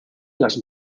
las